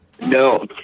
No